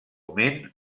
ment